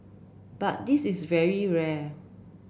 but this is very rare